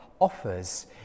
offers